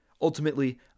Ultimately